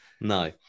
No